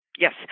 Yes